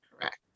Correct